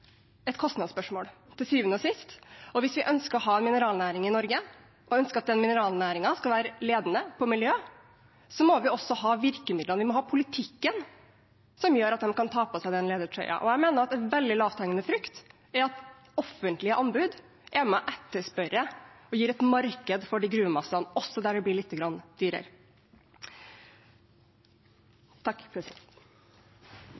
et kostnadsspørsmål. Hvis vi ønsker å ha en mineralnæring i Norge og ønsker at den mineralnæringen skal være ledende på miljø, må vi også ha virkemidlene. Vi må ha en politikk som gjør at de kan ta på seg den ledertrøya. Jeg mener at en veldig lavthengende frukt er at offentlige anbud er med og etterspør og gir et marked for de gruvemassene, også der det blir lite grann